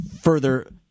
further